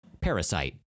Parasite